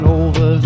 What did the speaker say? over